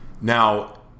now